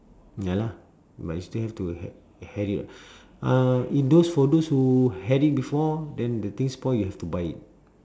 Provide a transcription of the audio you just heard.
ya lah but you still have to had had it uh if those for those who had it before then the thing spoil you have to buy it